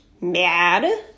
mad